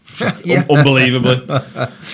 unbelievably